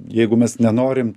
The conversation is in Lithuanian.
jeigu mes nenorim